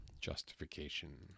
justification